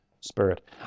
Spirit